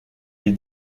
des